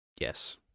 Yes